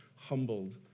humbled